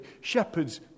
shepherds